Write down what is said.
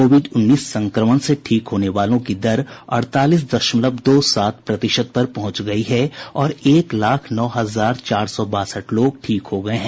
Covid उन्नीस संक्रमण से ठीक होने वालों की दर अड़तालीस दशमलव दो सात प्रतिशत पहुंच गई है और एक लाख नौ हजार चार सौ बासठ लोग ठीक हो गये हैं